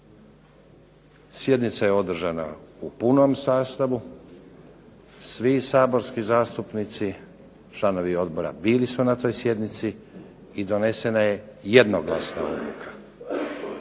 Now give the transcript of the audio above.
sjednica je održana u punom sastavu, svi saborski zastupnici članovi odbora bili su na toj sjednici i donesena je jednoglasna odluka.